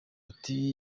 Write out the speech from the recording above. ati